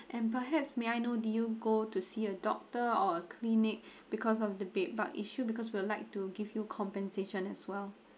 and perhaps may I know did you go to see a doctor or a clinic because of the bed bug issue because we'd like to give you compensation as well